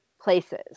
places